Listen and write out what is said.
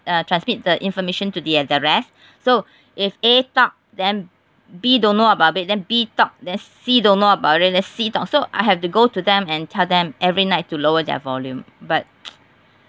uh transmit the information to the at the rest so if A talk then B don't know about it then B talk then C don't know about it then C talk so I have to go to them and tell them every night to lower their volume but